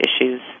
issues